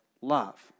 love